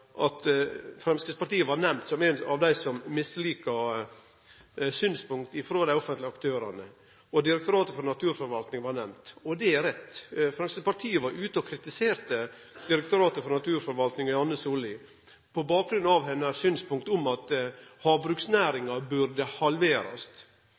at Framstegspartiet var nemnt som ein av dei som mislika synspunkt frå dei offentlege aktørane. Direktoratet for naturforvalting var nemnt. Det er rett. Framstegspartiet var ute og kritiserte Direktoratet for naturforvaltings Janne Sollie på bakgrunn av synspunktet hennar om at